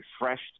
refreshed